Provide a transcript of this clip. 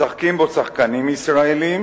משחקים בו שחקנים ישראלים